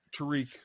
Tariq